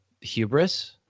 hubris